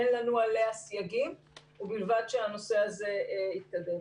אין לנו עליה סייגים, ובלבד שהנושא הזה יקדם.